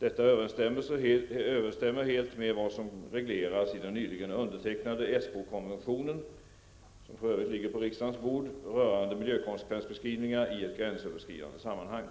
Detta överensstämmer helt med vad som regleras i den nyligen undertecknade Esbo-konventionen, vilken för övrigt ligger på riksdagens bord, rörande miljökonsekvensbeskrivningar i ett gränsöverskridande sammanhang.